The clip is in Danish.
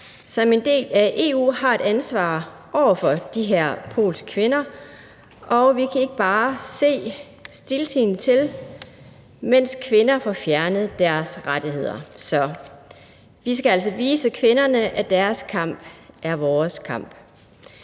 som en del af EU har et ansvar over for de her polske kvinder, og vi kan ikke bare se stiltiende til, mens kvinder får fjernet deres rettigheder. Så vi skal altså vise kvinderne, at deres kamp er vores kamp.